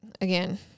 Again